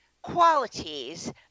qualities